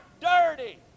dirty